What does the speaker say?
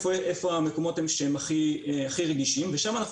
איפה המקומות שהם הכי רגישים ושם אנחנו